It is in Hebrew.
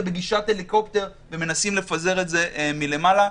בגישת הליקופטר ומנסים לפזר את זה מלמעלה.